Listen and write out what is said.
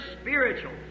spiritual